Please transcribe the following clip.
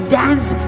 dance